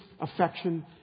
affection